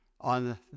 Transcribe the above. on